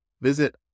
Visit